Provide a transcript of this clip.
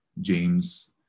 James